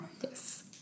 Yes